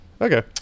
Okay